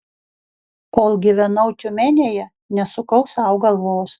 kol gyvenau tiumenėje nesukau sau galvos